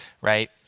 right